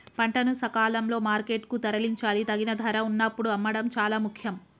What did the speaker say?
పంటను సకాలంలో మార్కెట్ కు తరలించాలి, తగిన ధర వున్నప్పుడు అమ్మడం చాలా ముఖ్యం